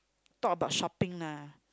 talk about shopping lah